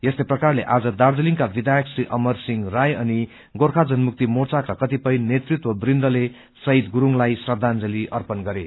यस्तै प्रकारले आज दार्जीलिङका विधयक श्री अमर सिंह राई अनि गोर्खा जनमुक्ति मोर्चाका कतिपय नेतृत्व वृन्दले शहीद गुरूङलाई श्रदाजंली अर्पण गरे